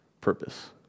purpose